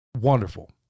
wonderful